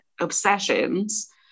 obsessions